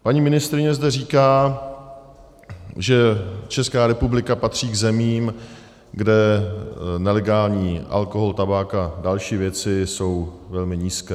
Paní ministryně zde říká, že Česká republika patří k zemím, kde nelegální alkohol, tabák a další věci jsou velmi nízké.